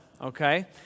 Okay